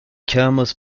camas